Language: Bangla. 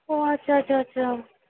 ও আচ্ছা আচ্ছা আচ্ছা